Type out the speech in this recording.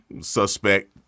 suspect